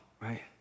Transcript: right